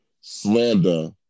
slander